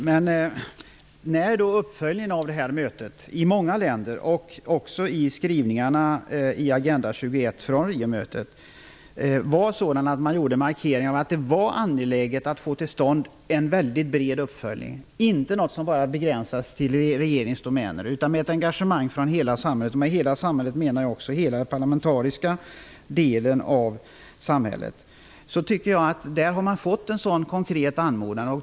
Herr talman! Uppföljningen av Riomötet var i många länder, också i skrivningarna i Agenda 21, sådan att man markerade att det var angeläget att få till stånd en mycket bred uppföljning, inte något som bara begränsades till regeringens domäner utan med ett engagemang från hela samhället. Med hela samhället menar jag också hela den parlamentariska delen av samhället. Där tycker jag att man har fått en konkret anmodan.